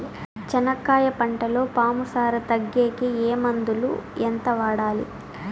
చెనక్కాయ పంటలో పాము సార తగ్గేకి ఏ మందులు? ఎంత వాడాలి?